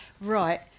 Right